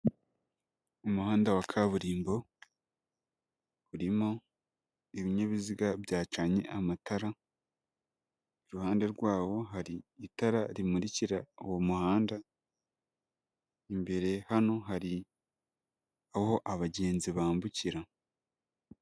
Umuhanda wa kaburimbo urimo ibinyabiziga byacanye amatara, iruhande rwawo hari itara rimurikira uwo muhanda, imbere hano hari aho abagenzi bambukira.